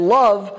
love